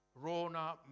Rona